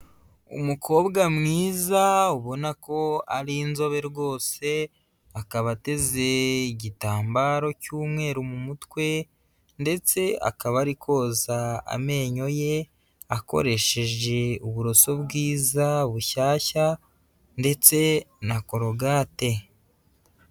Umukobwa mwiza ubona ko ari inzobe rwose, akaba ateze igitambaro cy'umweru mu mutwe ndetse akaba ari koza amenyo ye akoresheje uburoso bwiza bushyashya ndetse na korogate.